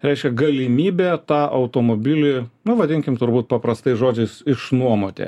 reiškia galimybė tą automobilį nu vadinkim turbūt paprastais žodžiais išnuomoti